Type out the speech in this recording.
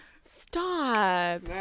stop